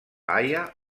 haia